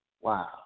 Wow